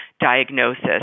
diagnosis